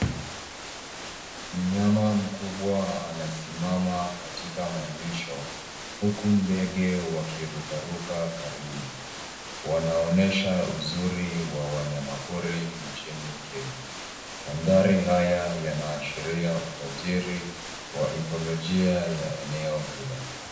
Myama mkubwa anasimama katika malisho huku ndege wakirukaruka karibu. Wanaonyesha uzuri wa wanyamapori nchini Kenya. Mandhari haya yanaashiria utajiri wa ecologia wa eneo hilo.